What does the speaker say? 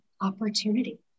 opportunity